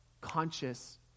conscious